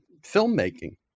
filmmaking